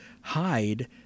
hide